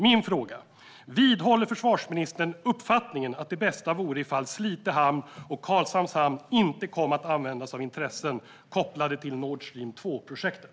Min fråga är: Vidhåller försvarsministern uppfattningen att det bästa vore ifall Slite hamn och Karlshamns hamn inte kom att användas av intressen kopplade till Nord Stream 2-projektet?